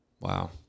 Wow